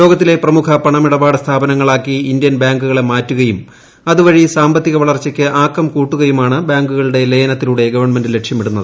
ലോകത്തിലെ പ്രമുഖ പണമിടപാട് സ്ഥാപനങ്ങളാക്കി ഇന്ത്യൻ ബാങ്കുകളെ മാറ്റുകയും അതുവഴി സാമ്പത്തിക വളർച്ചയ്ക്ക് ആക്കം കൂട്ടുകയുമാണ് ബാങ്കുകളുടെ ലയനത്തിലൂടെ ഗവൺമെന്റ് ലക്ഷ്യമിടുന്നത്